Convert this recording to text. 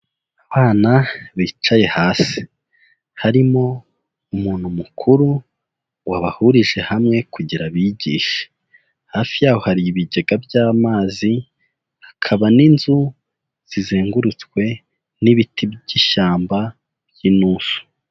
Abana bicaye hasi. Harimo umuntu mukuru wabahurije hamwe kugira abigishe. Hafi yaho hari ibigega by'amazi, hakaba n'inzu zizengurutswe n'ibiti by'ishyamba ry'intusu.